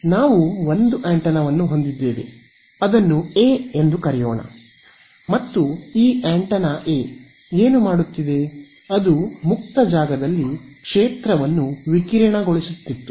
ಆದ್ದರಿಂದ ನಾವು ಒಂದು ಆಂಟೆನಾವನ್ನು ಹೊಂದಿದ್ದೇವೆ ಎ ಎಂದು ಕರೆಯೋಣ ಮತ್ತು ಈ ಆಂಟೆನಾ ಎ ಏನು ಮಾಡುತ್ತಿದೆ ಅದು ಮುಕ್ತ ಜಾಗದಲ್ಲಿ ಕ್ಷೇತ್ರವನ್ನು ವಿಕಿರಣಗೊಳಿಸುತ್ತಿತ್ತು